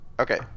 Okay